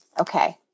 Okay